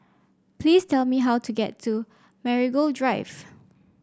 please tell me how to get to Marigold Drive